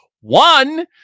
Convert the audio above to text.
one